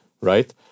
right